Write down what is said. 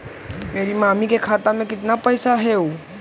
मेरा मामी के खाता में कितना पैसा हेउ?